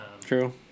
true